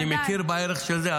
אני מכיר בערך של זה.